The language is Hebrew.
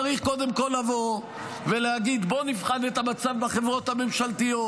צריך קודם כול לבוא ולהגיד: בואו נבחן את המצב בחברות הממשלתיות,